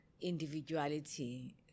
individuality